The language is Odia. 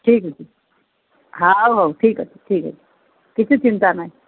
ଠିକ୍ ଅଛି ହଉ ହଉ ଠିକ୍ ଅଛି ଠିକ୍ ଅଛି କିଛି ଚିନ୍ତା ନାହିଁ